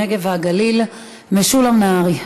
הנגב והגליל משולם נהרי,